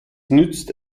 nützt